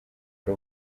ari